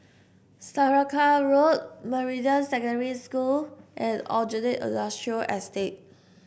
Saraca Road Meridian Secondary School and Aljunied Industrial Estate